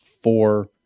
four